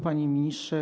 Panie Ministrze!